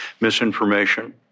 Misinformation